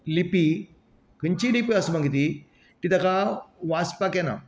लिपी खंयचीय लिपी आसूं मागीर ती ती ताका वाचपाक येना